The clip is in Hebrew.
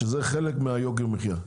שזה חלק מיוקר המחייה.